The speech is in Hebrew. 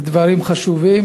אלה דברים חשובים,